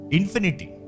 infinity